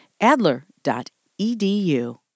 Adler.edu